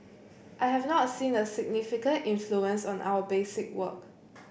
I have not seen a significant influence on our basic work